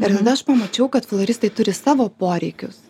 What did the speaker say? ir tada aš pamačiau kad floristai turi savo poreikius